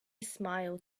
smiled